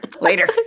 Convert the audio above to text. Later